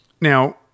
Now